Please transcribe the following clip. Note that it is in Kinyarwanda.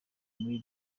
muri